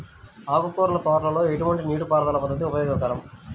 ఆకుకూరల తోటలలో ఎటువంటి నీటిపారుదల పద్దతి ఉపయోగకరం?